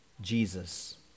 Jesus